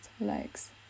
legs